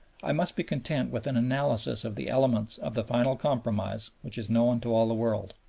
i must be content with an analysis of the elements of the final compromise which is known to all the world.